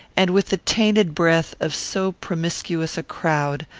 and with the tainted breath of so promiscuous a crowd,